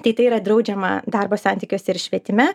tai tai yra draudžiama darbo santykiuose ir švietime